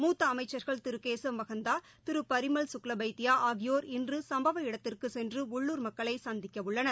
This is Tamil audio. மூத்த அமைச்சா்கள் திரு கேசவ் மகந்தா திரு பரிமல் சுக்லபைத்யா ஆகியோா் இன்று சம்பவ இடத்திற்குச் சென்று உள்ளூர் மக்களை சந்திக்கவுள்ளனர்